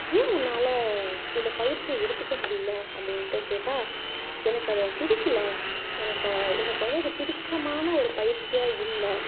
ஏன் உன்னால் இந்த பயிற்சியை எடுத்துக்க முடியிலை அப்படின்ட்டு கேட்டால் எனக்கு அது பிடிக்கலை எனக்கு எனக்கு வந்து அது பிடித்தமான ஒரு பயிற்சியாக இல்லை